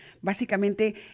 Básicamente